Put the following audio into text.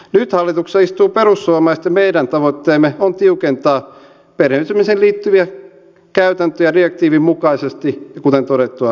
nyt hallituksessa istuu perussuomalaiset ja meidän tavoitteemme on tiukentaa perheenyhdistämiseen liittyviä käytäntöjä direktiivin mukaisesti ja kuten todettua täysimääräisesti